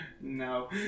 No